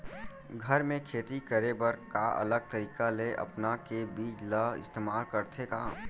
घर मे खेती करे बर का अलग तरीका ला अपना के बीज ला इस्तेमाल करथें का?